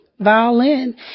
violin